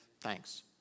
thanks